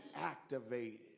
activated